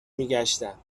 میگشتم